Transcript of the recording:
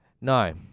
No